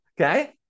okay